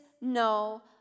no